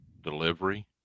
delivery